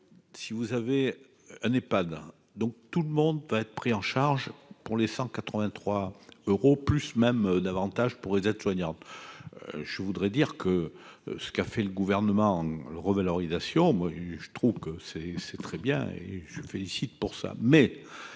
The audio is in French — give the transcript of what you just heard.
un n'est pas d'un donc tout le monde va être pris en charge pour les 183 euros plus même davantage pourrait être soignante, je voudrais dire que ce qu'a fait le gouvernement revalorisation moi je trouve que c'est, c'est très bien et je me félicite pour ça,